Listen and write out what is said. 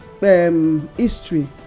history